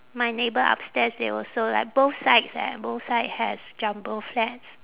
my neighbour upstairs they also like both sides eh both side has jumbo flats